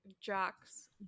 jocks